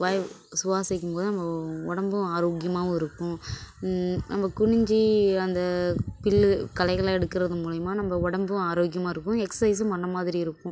வாயு சுவாசிக்கும் போது நம்ம உடம்பும் ஆரோக்கியமாகவும் இருக்கும் நம்ம குனிஞ்சு அந்த புல்லு களைகளாம் எடுக்கிறது மூலயமா நம்ம உடம்பும் ஆரோக்கியமாக இருக்கும் எக்ஸைசும் பண்ண மாதிரி இருக்கும்